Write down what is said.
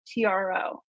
TRO